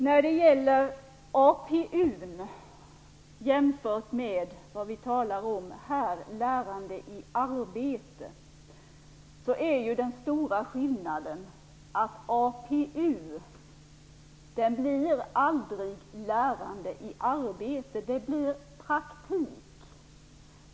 Fru talman! Den stora skillnaden mellan APU och det som vi här talar om, lärande i arbete, är att APU aldrig blir lärande i arbete. Det blir praktik.